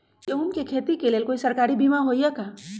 गेंहू के खेती के लेल कोइ सरकारी बीमा होईअ का?